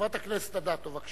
חברת הכנסת אדטו, בבקשה,